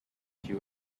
you